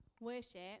Worship